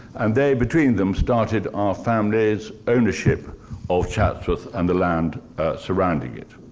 they, between them, started our family's ownership of chatsworth, and the land surrounding it.